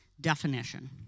definition